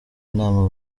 inama